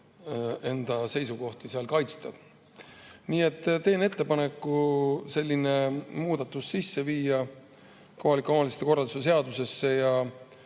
enda seisukohti kaitsta. Seega teen ettepaneku selline muudatus sisse viia kohaliku omavalitsuse korralduse seadusesse,